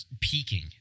peaking